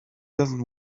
doesn’t